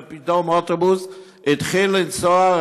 ופתאום אוטובוס התחיל לנסוע,